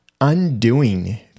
undoing